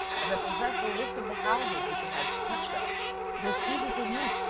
as i possessed the list of the houses which you had touched up it was easy for me,